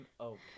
Okay